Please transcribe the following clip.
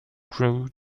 grew